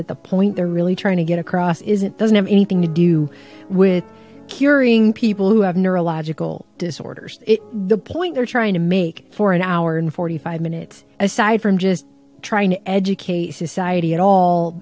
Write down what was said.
that the point they're really trying to get across is it doesn't have anything to do with curing people who have neurological disorders the point they're trying to make for an hour and forty five minutes aside from just trying to educate society at all